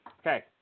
Okay